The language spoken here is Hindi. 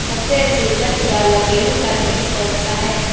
सबसे अच्छी उपज वाला गेहूँ का बीज कौन सा है?